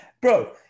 bro